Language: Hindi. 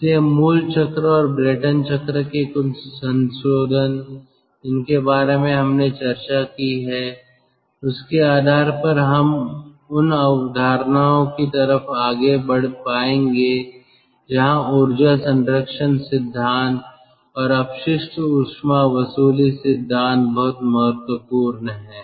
इसलिए मूल चक्र और ब्रेटन चक्र के कुछ संशोधन जिनके बारे में हमने चर्चा की है उसके आधार पर हम उन अवधारणाओं की तरफ आगे बढ़ पाएंगे जहां ऊर्जा संरक्षण सिद्धांत और अपशिष्ट ऊष्मा वसूली सिद्धांत बहुत महत्वपूर्ण हैं